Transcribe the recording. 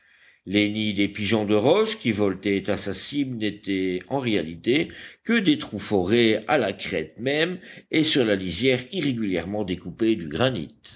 les nids des pigeons de roche qui voletaient à sa cime n'étaient en réalité que des trous forés à la crête même et sur la lisière irrégulièrement découpée du granit